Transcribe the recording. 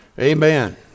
Amen